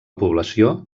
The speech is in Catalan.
població